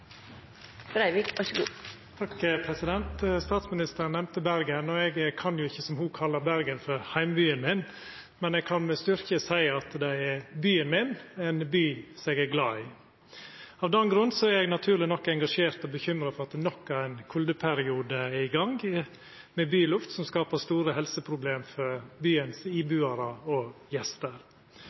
Breivik. Statsministeren nemnde Bergen. Eg kan ikkje, som ho, kalla Bergen heimbyen min, men eg kan med styrke seia at det er byen min – ein by eg er glad i. Av den grunn er eg naturleg nok engasjert og bekymra for at nok ein kuldeperiode er i gang, med byluft som skapar store helseproblem for ibuarar og